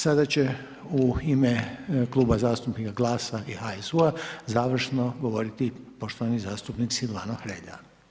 Sada će u ime Kluba zastupnika GLAS-a i HSU-a završno govoriti poštovani zastupnik Silvano Hrelja.